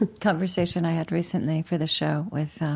and conversation i had recently for the show with